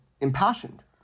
impassioned